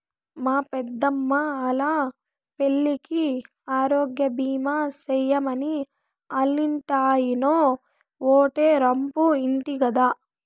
మా పెద్దమ్మా ఆల్లా పిల్లికి ఆరోగ్యబీమా సేయమని ఆల్లింటాయినో ఓటే రంపు ఇంటి గదా